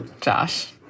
Josh